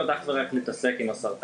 הזכויות שלהם כי הם עסוקים בסרטן,